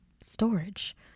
storage